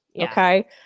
Okay